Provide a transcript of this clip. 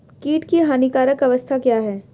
कीट की हानिकारक अवस्था क्या है?